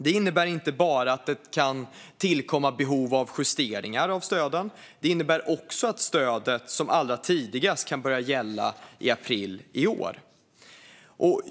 Det innebär inte bara att det kan tillkomma ett behov av justeringar av stöden; det innebär också att stödet som allra tidigast kan börja gälla i april i år.